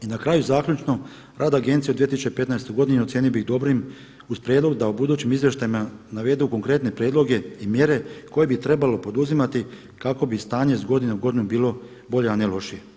I na kraju zaključno, rad agencije u 2015. godini ocijenio bih dobrim uz prijedlog da u budućim izvještajima navedu konkretne prijedloge i mjere koje bi trebalo poduzimati kako bi stanje iz godine u godinu bilo bolje a ne lošije.